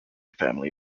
family